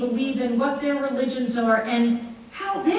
believe and what their relations are and how they